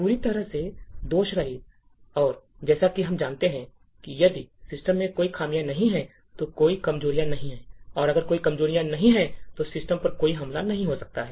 पूरी तरह से दोषरहित और जैसा कि हम जानते हैं कि यदि सिस्टम में कोई खामियां नहीं हैं तो कोई कमजोरियां नहीं हैं और अगर कोई कमजोरियां नहीं हैं तो सिस्टम पर कोई हमला नहीं हो सकता है